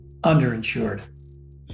underinsured